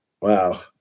wow